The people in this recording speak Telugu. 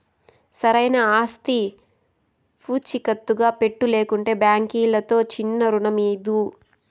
సరైన ఆస్తి పూచీకత్తుగా పెట్టు, లేకంటే బాంకీలుతో చిన్నా రుణమీదు